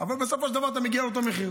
אבל בסופו של דבר אתה מגיע לאותו מחיר.